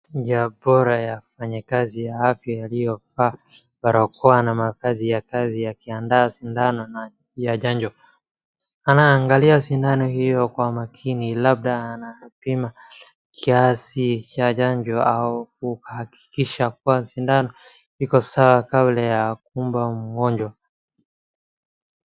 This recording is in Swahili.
Njia bora ya mfanyakazi ya afya aliyovaa barakoa na makazi ya kazi akiandaa sindano na ya janjo. Anaangalia sindano hiyo kwa makini. Labda anapima kiasi ya janjo au kuhakikisha kuwa sindano iko sawa kabla ya kuumba mgonjwa.